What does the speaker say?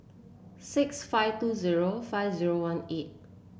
six five two zero five zero one eight